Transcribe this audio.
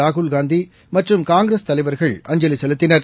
ராகுல்காந்தி மற்றும் காங்கிரஸ் தலைவர்கள் அஞ்சலி செலுத்தினர்